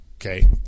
okay